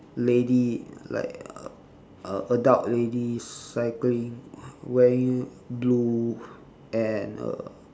lady like uh adult lady cycling wearing blue and a